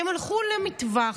הם הלכו למטווח,